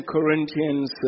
Corinthians